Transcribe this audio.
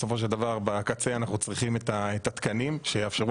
בסופו של דבר בקצה אנחנו צריכים את התקנים שיאפשרו